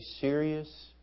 serious